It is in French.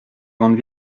grandes